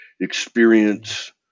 experience